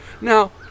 now